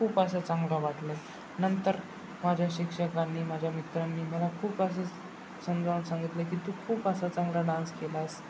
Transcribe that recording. खूप असं चांगलं वाटलं नंतर माझ्या शिक्षकांनी माझ्या मित्रांनी मला खूप असे समजावून सांगितले की तू खूप असा चांगला डान्स केलास